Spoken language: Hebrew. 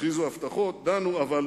הכריזו הבטחות, דנו, אבל